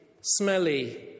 smelly